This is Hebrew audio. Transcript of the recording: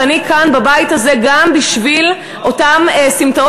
ואני כאן בבית הזה גם בשביל אותן סמטאות